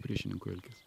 priešininku elkis